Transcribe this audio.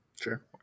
sure